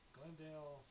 Glendale